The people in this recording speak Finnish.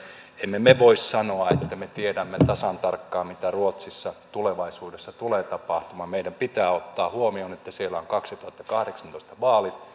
emme me voi sanoa että että me tiedämme tasan tarkkaan mitä ruotsissa tulevaisuudessa tulee tapahtumaan meidän pitää ottaa huomioon että siellä on kaksituhattakahdeksantoista vaalit